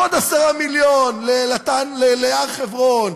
עוד 10 מיליון נתן להר-חברון,